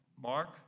Mark